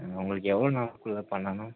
உங்களுக்கு எவ்வளோ நாளுக்குள்ளே பண்ணணும்